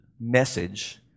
message